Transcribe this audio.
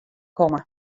komme